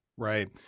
Right